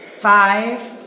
five